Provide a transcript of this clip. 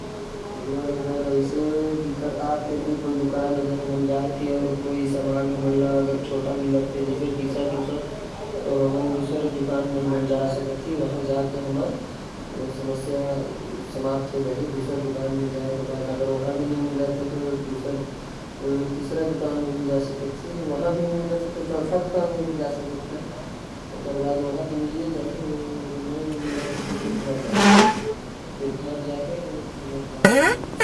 जैसे कोई दुकान हमन जाथि सामान लेहे अउ। अगर ओ दुकाने सामान ठीक नहीं मिलत है अपन के पसंद नहीं मिलत है। तो दूसर दुकान जा सकत ही उहा नहीं मिले तो। तीसर दुकान का चौथा दूकान जा सकत ही अउ अपन पसंद के सामान ले। सकत ही अउ अगर उहा भी नहीं मिले तो घर जा सकत। ही अपन काम